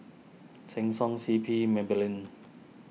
Sheng Siong C P Maybelline